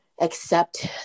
accept